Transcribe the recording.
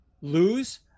lose